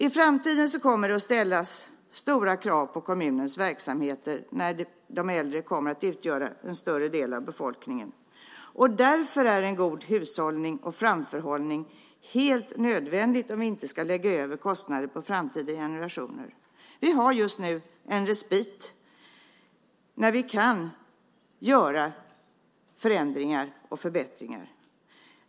I framtiden kommer det att ställas stora krav på kommunens verksamheter när de äldre kommer att utgöra en större del av befolkningen. Därför är en god hushållning och framförhållning helt nödvändig om vi inte ska lägga över kostnader på framtida generationer. Vi har just nu en respit när vi kan göra förändringar och förbättringar.